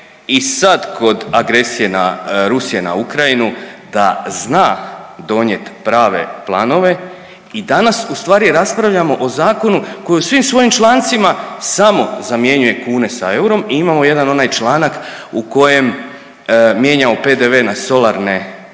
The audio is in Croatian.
i sad kod agresije Rusije na Ukrajinu da zna donijeti prave planove. I danas ustvari raspravljamo o zakonu koji u svim svojim člancima samo zamjenjuje kune sa eurom i imamo jedan onaj članak u kojem mijenjamo PDV na solarne ploče